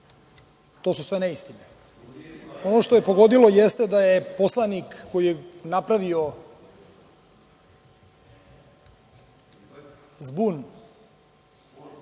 To su sve neistine. Ono što me je pogodilo jeste da je poslanik koji je napravio zbun